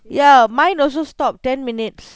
ya mine also stop ten minutes